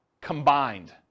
combined